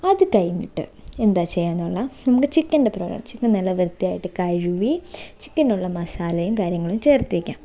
അത് കഴിഞ്ഞിട്ട് എന്താണ് ചെയ്യാനുള്ളത് നമ്മുടെ ചിക്കൻ്റെ പ്രവാ ചിക്കൻ നല്ല വൃത്തിയായിട്ട് കഴുകി ചിക്കനുള്ള മസാലയും കാര്യങ്ങളും ചേർത്തേക്കാം